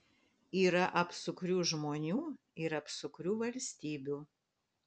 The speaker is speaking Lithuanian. yra apsukrių žmonių ir apsukrių valstybių